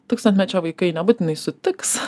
tūkstantmečio vaikai nebūtinai sutiks